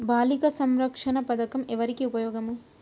బాలిక సంరక్షణ పథకం ఎవరికి ఉపయోగము?